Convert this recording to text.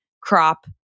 crop